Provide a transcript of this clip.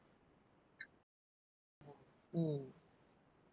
mm